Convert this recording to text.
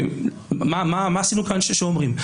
מה עשינו כאן ששומרים?